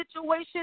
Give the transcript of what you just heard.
situation